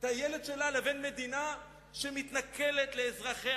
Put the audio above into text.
הילד שלה לבין מדינה שמתנכלת לאזרחיה,